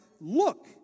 look